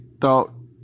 thought